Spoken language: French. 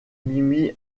mimi